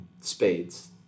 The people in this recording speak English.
spades